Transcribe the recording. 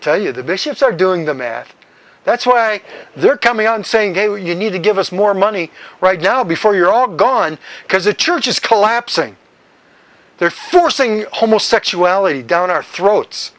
tell you the bishops are doing the math that's why they're coming out and saying you need to give us more money right now before you're all gone because the church is collapsing they're forcing homosexuality down our throats